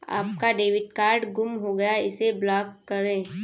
आपका debit card गुम हो गया है इसे ब्लॉक करें